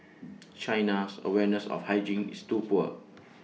China's awareness of hygiene is too poor